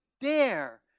dare